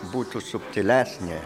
būtų subtilesnė